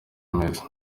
ameze